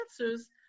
answers